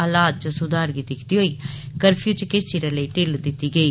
हालात च सुधार गी दिखदे होई कर्फ्यू च किष चिरै लेई ढिल्ल दिती गेई